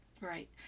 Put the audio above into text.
Right